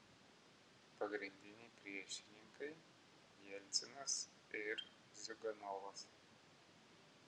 pagrindiniai priešininkai jelcinas ir ziuganovas